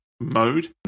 mode